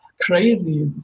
crazy